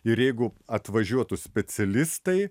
ir jeigu atvažiuotų specialistai